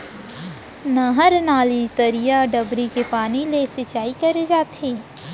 नहर, नाली, तरिया, डबरी के पानी ले सिंचाई करे जाथे